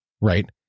right